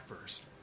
first